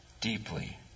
Deeply